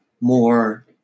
more